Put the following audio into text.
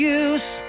use